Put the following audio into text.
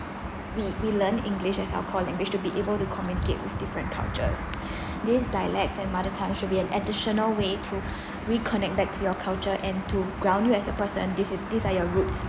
we we learn english as our core language to be able to communicate with different cultures these dialects and mother tongue should be an additional way to reconnect back to your culture and to ground you as a person this is these are your roots